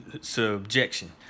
subjection